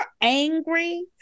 angry